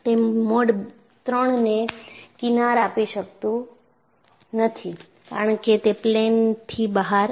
તે મોડ 3 ને કિનાર આપી શકાતું નથી કારણ કે તે પ્લેનથી બહાર આવે છે